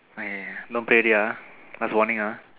eh no pay already ah last warning ah